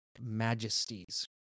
majesties